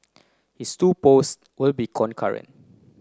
his two post will be concurrent